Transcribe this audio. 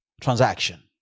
transaction